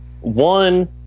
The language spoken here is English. one –